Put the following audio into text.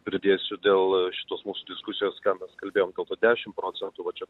pridėsiu dėl šitos mūsų diskusijos ką mes kalbėjom dėl tų dešim procentų va čia